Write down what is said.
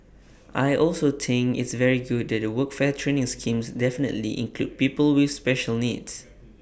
I also think it's very good that the workfare training schemes definitively include people with special needs